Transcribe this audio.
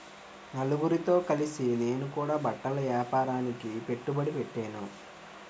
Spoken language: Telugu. నలుగురితో కలిసి నేను కూడా బట్టల ఏపారానికి పెట్టుబడి పెట్టేను